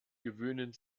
gewöhnen